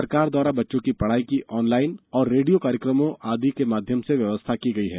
सरकार द्वारा बच्चों की पढ़ाई की ऑनलाइन और रेडियो कार्यक्रमों आदि के माध्यम से व्यवस्था की गई है